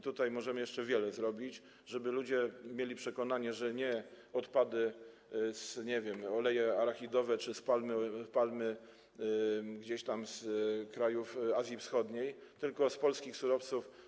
Tutaj możemy jeszcze wiele zrobić, żeby ludzie mieli przekonanie, że to nie odpady, oleje arachidowe czy z palmy, gdzieś tam z krajów Azji Wschodniej, tylko z polskich surowców.